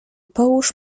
połóż